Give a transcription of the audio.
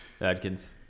Adkins